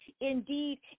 indeed